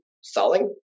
selling